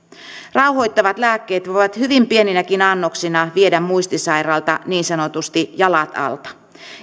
rauhoittavat lääkkeet voivat hyvin pieninäkin annoksina viedä muistisairaalta niin sanotusti jalat alta